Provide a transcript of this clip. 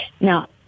Now